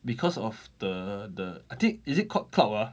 because of the the I think is it called club ah